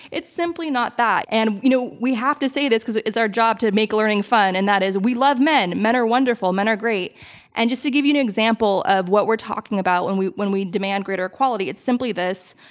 it's simply not that and you know we have to say this because it's our job to make learning fun and that is we love men, men are wonderful, men are great and just to give you an example of what we're talking about when we when we demand greater equality it's simply this,